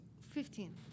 Fifteen